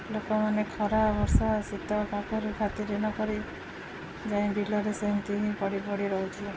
ଲୋକମାନେ ଖରା ବର୍ଷା ଶୀତ କାକର ଖାତିର ନକରି ଯାଇ ବିଲରେ ସେମିତି ହିଁ ପଡ଼ି ପଡ଼ି ରହୁଛି